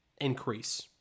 increase